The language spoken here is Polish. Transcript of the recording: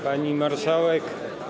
Pani Marszałek!